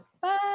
bye